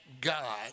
God